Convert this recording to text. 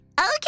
Okay